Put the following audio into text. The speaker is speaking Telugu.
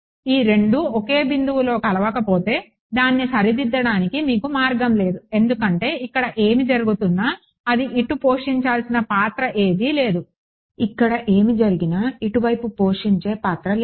ఈ 2 ఒకే బిందువులో కలవకపోతే దాన్ని సరిదిద్దడానికి మీకు మార్గం లేదు ఎందుకంటే ఇక్కడ ఏమి జరుగుతున్నా అది ఇటు పోషించాల్సిన పాత్ర ఏది లేదు ఇక్కడ ఏమి జరిగినా ఇటువైపు పోషించే పాత్ర లేదు